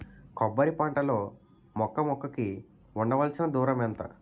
కొబ్బరి పంట లో మొక్క మొక్క కి ఉండవలసిన దూరం ఎంత